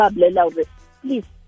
Please